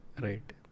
Right